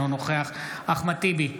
אינו נוכח אחמד טיבי,